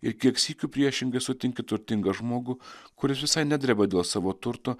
ir kiek sykių priešingai sutinki turtingą žmogų kuris visai nedreba dėl savo turto